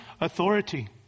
authority